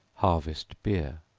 harvest beer.